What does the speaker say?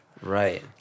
Right